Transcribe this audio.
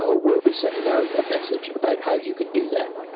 ah will be sending out a message about how you can do that.